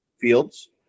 Fields